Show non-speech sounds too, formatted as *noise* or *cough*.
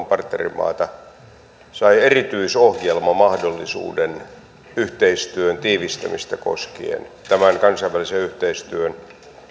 *unintelligible* partnerimaata sai erityisohjelmamahdollisuuden yhteistyön tiivistämistä koskien tämän kansainvälisen yhteistyön